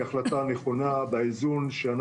הוא עושה תיעדוף לתוכניות המשרד כמו שכולנו עושים.